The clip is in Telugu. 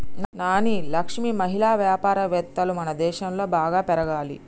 నాని లక్ష్మి మహిళా వ్యాపారవేత్తలు మనదేశంలో బాగా పెరగాలి